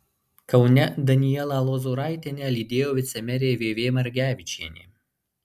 kaune danielą lozoraitienę lydėjo vicemerė v v margevičienė